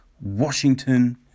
Washington